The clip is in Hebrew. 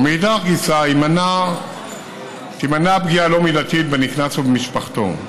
ומאידך גיסא תימנע פגיעה לא מידתית בנקנס ובמשפחתו.